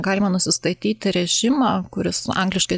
galima nusistatyti režimą kuris angliškai